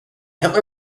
hitler